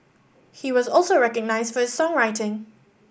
he was also recognised for his songwriting